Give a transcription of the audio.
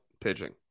pitching